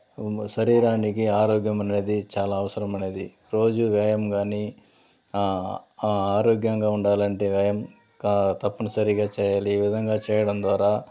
శరీరానికి ఆరోగ్యం అనేది చాలా అవసరం అనేది రోజు వ్యాయామం కాని ఆరోగ్యంగా ఉండాలంటే వ్యాయామం తప్పనిసరిగా చెయ్యాలి ఈ విధంగా చేయడం ద్వారా